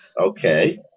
Okay